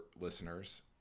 listeners